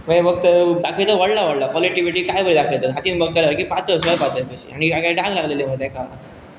मागीर बघत दखयत व्हडलां व्हडलां कॉलिटि विटी काय बी दाखयतत हातीन बघत सारकी पातळ सर पातळ कशी आनी क काय दाग लागलेले मां तेका